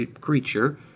creature